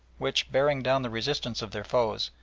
which, bearing down the resistance of their foes,